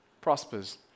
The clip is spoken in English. prospers